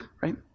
right